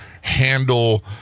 handle